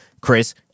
Chris